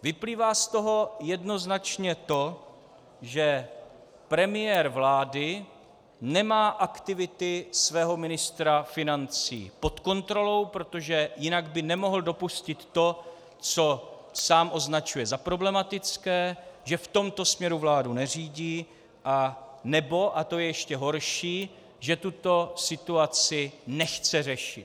Vyplývá z toho jednoznačně to, že premiér vlády nemá aktivity svého ministra financí pod kontrolou, protože jinak by nemohl dopustit to, co sám označuje za problematické, že v tomto směru vládu neřídí, anebo, a to je ještě horší, že tuto situaci nechce řešit.